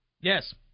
Yes